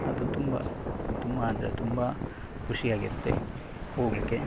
ಅದು ತುಂಬ ತುಂಬ ಅಂದರೆ ತುಂಬ ಖುಷಿಯಾಗಿರುತ್ತೆ ಹೋಗಲಿಕ್ಕೆ